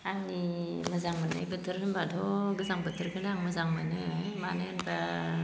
आंनि मोजां मोननाय बोथोर होनब्लाथ' गोजां बोथोरखोनो आं मोजां मोनो मानो होनब्ला